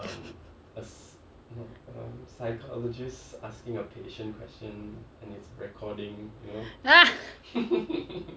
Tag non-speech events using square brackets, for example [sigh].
[laughs]